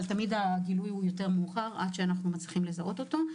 אבל הגילוי הוא תמיד מאוחר יותר עד שאנחנו מצליחים לזהות אותו.